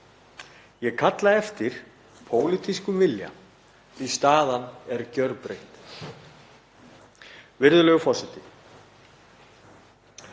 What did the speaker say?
Ég kalla eftir pólitískum vilja því að staðan er gjörbreytt. Virðulegur forseti.